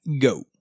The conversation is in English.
go